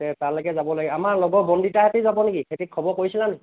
তে তালৈকে যাবলৈ আমাৰ লগৰ বন্দিতাহঁতে যাব নি সিহঁতি খবৰ কৰিছিলা নি